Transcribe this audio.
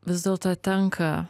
vis dėlto tenka